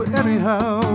anyhow